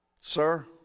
Sir